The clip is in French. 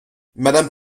madame